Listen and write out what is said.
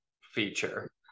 feature